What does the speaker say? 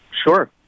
Sure